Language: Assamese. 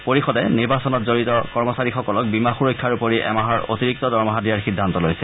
পৰিষদে নিৰ্বাচনত জড়িত কৰ্মচাৰীসকলক বীমা সুৰক্ষাৰ উপৰি এমাহৰ অতিৰিক্ত দৰমহা দিয়াৰ সিদ্ধান্ত লৈছে